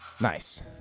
Nice